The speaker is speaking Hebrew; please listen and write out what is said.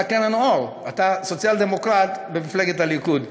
אתה קרן אור, אתה סוציאל-דמוקרט במפלגת הליכוד.